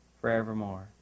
forevermore